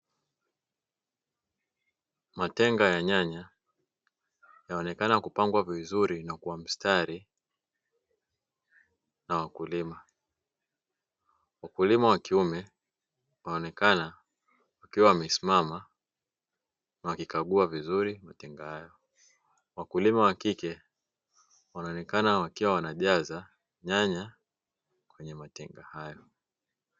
Matenga ya nyanya yaonekana kupangwa vizuri na kuwa mstari kwa kulema. Mkulima wa kiume anaonekana akiwa amesimama akika gua vizuri matenga haya. Wakulima wa kike wanaonekana wakiwa wanajaza nyanya kwenye matenga haya.